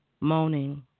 Moaning